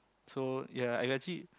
so ya I got